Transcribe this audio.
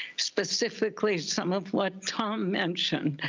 specifically some of what tom mentioned,